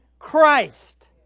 Christ